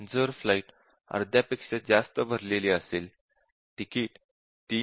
जर फ्लाइट अर्ध्यापेक्षा जास्त भरलेली असेल तिकीट Rs